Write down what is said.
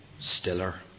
Stiller